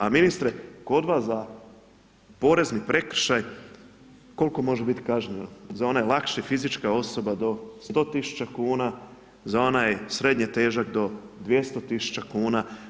A ministre, kod vas za porezni prekršaj, koliko može biti kažnjeno, za one lakše, fizička osoba do 100 tisuća kuna, za onaj srednje težak do 200 tisuća kuna.